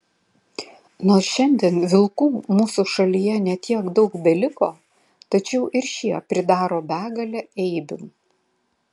nors šiandien vilkų mūsų šalyje ne tiek daug beliko tačiau ir šie pridaro begalę eibių